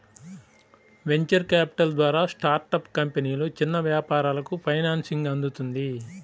venture capital ద్వారా startup కంపెనీలు, చిన్న వ్యాపారాలకు ఫైనాన్సింగ్ అందుతుంది